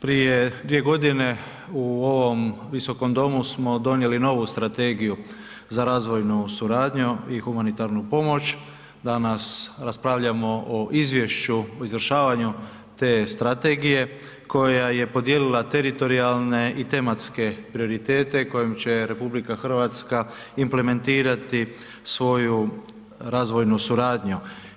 Prije 2 g. u ovom Visokom domu smo donijeli novu strategiju za razvojnu suradnju i humanitarnu pomoć, danas raspravljamo o izvješću o izvršavanju te strategije koja je podijelila teritorijalne i tematske prioritete kojim će RH implementirati svoju razvoju suradnju.